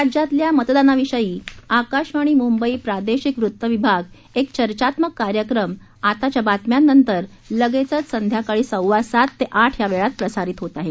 राज्यातल्या मतदानाविषयी आकाशवाणी मुंबई प्रादेशिक वृत्त विभाग एक चर्चात्मक कार्यक्रम आताच्या बातम्यानंतर लगेचच संध्याकाळी सव्वा सात ते आठ या वेळात प्रसारित होत आहे